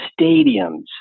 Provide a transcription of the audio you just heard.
stadiums